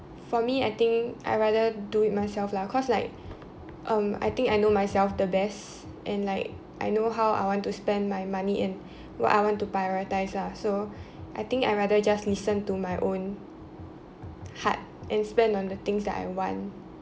for me I think I rather do it myself lah cause like um I think I know myself the best and like I know how I want to spend my money and what I want to prioritize lah so I think I rather just listen to my own heart and spend on the things that I want